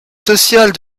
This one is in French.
social